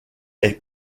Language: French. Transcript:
est